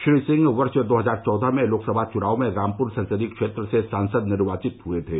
श्री सिंह वर्ष दो हजार चौदह के लोकसभा चुनाव में रामपुर संसदीय क्षेत्र से सांसद निर्वाचित हुए थे